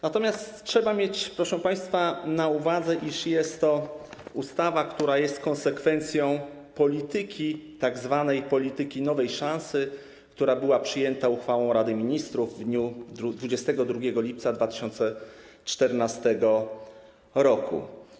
Natomiast trzeba mieć, proszę państwa, na uwadze, iż jest to ustawa, która jest konsekwencją tzw. polityki nowej szansy, która była przyjęta uchwałą Rady Ministrów w dniu 22 lipca 2014 r.